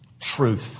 Truth